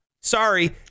Sorry